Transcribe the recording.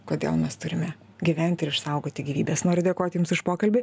kodėl mes turime gyventi ir išsaugoti gyvybes noriu dėkoti jums už pokalbį